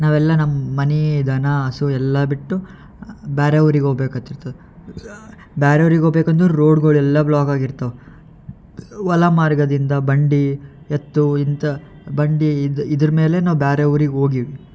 ನಾವೆಲ್ಲ ನಮ್ಮ ಮನೆ ದನ ಹಸು ಎಲ್ಲ ಬಿಟ್ಟು ಬೇರೆ ಊರಿಗೆ ಹೋಗ್ಬೇಕಾಗ್ತಿರ್ತದ್ ಬೇರೆ ಊರಿಗೆ ಹೋಗ್ಬೇಕಂದುರ್ ರೋಡ್ಗಳೆಲ್ಲ ಬ್ಲಾಕ್ ಆಗಿರ್ತವೆ ಹೊಲ ಮಾರ್ಗದಿಂದ ಬಂಡಿ ಎತ್ತು ಇಂಥ ಬಂಡಿ ಇದು ಇದರ ಮೇಲೆ ನಾವು ಬೇರೆ ಊರಿಗೆ ಹೋಗಿವ್